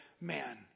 man